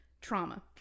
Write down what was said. trauma